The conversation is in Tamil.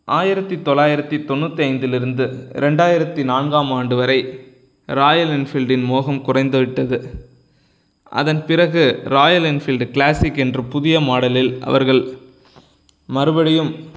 ஆயிரத்தி தொள்ளாயிரத்தி தொண்ணூற்றி ஐந்திலிருந்து ரெண்டாயிரத்தி நான்காம் ஆண்டு வரை ராயல் என்ஃபீல்டின் மோகம் குறைந்து விட்டது அதன் பிறகு ராயல் என்ஃபீல்டு க்ளாஸிக் என்று புதிய மாடலில் அவர்கள் மறுபடியும்